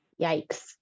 Yikes